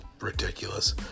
ridiculous